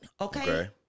okay